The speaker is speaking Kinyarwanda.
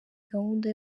gahunda